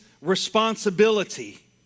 responsibility